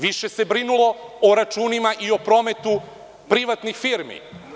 Više se brinulo o računima i o prometu privatnih firmi.